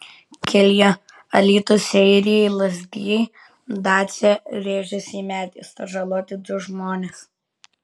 kelyje alytus seirijai lazdijai dacia rėžėsi į medį sužaloti du žmonės